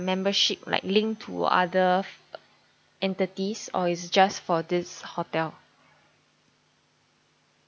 membership like linked to other entities or it's just for this hotel